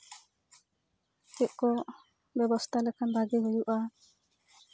ᱪᱮᱫ ᱠᱚ ᱵᱮᱵᱚᱥᱛᱟ ᱞᱮᱠᱷᱟᱱ ᱵᱷᱟᱜᱮ ᱦᱩᱭᱩᱜᱼᱟ